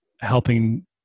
helping